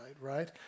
right